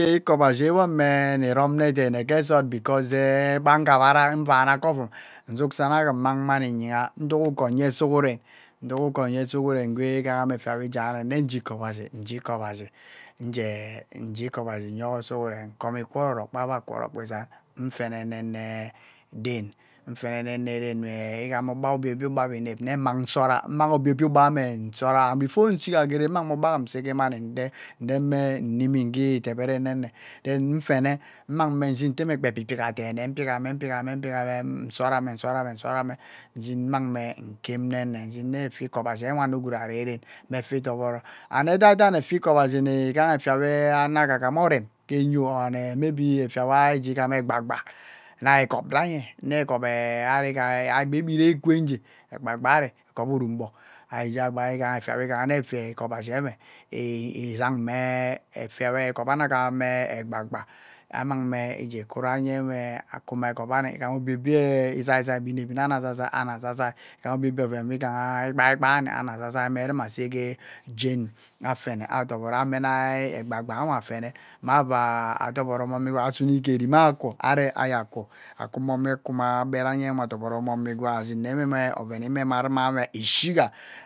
Eekoboshi wam me nne rom nne dehene ke sot because, kpa ngabara, nvana ke ovum nzuk san agum mmang mani iyingha, iduk uko nye sugureghen, nduk uko nye suguren ngwee, igaha efia we igyanhane nne ijie ikobashi, ujie ikobashi, mjie ikobashi nnjie yogho suguren nkom ikworo orok, nkomo ikworo orok gba be akworo izan, nnfenenee den, afeneeaden we egam ugba obie obie ugba we nemne mmang nsora mmang obie obie ugboame umang nsora before nshiga ge den immangina ma ugba me seghe mani nde edempme nnimi gie debere mmene then mfene mmang me nshim ne megha ebibigha gba dene nbiegha me ubiegha me ubiegha me ee nsorome nsorome usorome nshin mmang me ken mang nshim neyen efia ikobashi nwe anogwuk arearen mme efia idoboro and edaidan efia ikobashi nnee gagha efia ikobashi inigha efia we ano ghama ghama orem ge nyho and or may be efia we ari gham egba gba dai egop dai nye, ne egop beee ari ee iribe egbe ebe aribee ebe ereeghe ikwee ngee ekpa kpa avi egop urum mgbog igaha nne evia ikobashi ewe esang mee efia me egop ani agam egbai-gba ammang me ijie kwu danye we akwu me egopwani igama obie obie izaizai be inepvi ne ani zaizai, ani zaizai, ẽ igam obie obie igaha igbai-gbai we ani agham ani zaizai me ruma a seghe geni afene a doporo amdai egba gba we afene mevai doro memai igwagha, ava sune ke ike evumea ae kwu are ajie kwu, akwu momo kwo magbe danye adoboro igbagha ashin ne ewee mmoven emeheomawe ishiga